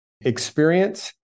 experience